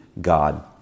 God